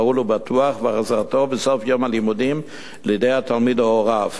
נעול ובטוח והחזרתו בסוף יום הלימודים לידי התלמיד או הוריו,